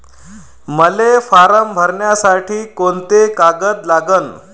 मले फारम भरासाठी कोंते कागद लागन?